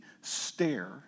stare